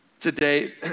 Today